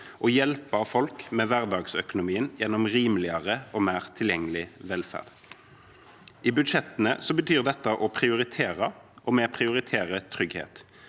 og hjelpe folk med hverdagsøkonomien gjennom rimeligere og mer tilgjengelig velferd. I budsjettene betyr dette å prioritere, og vi prioriterer trygghet.